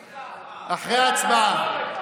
סליחה, מה, אחרי ההצבעה.